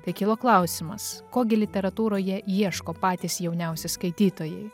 tai kilo klausimas ko gi literatūroje ieško patys jauniausi skaitytojai